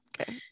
okay